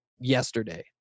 yesterday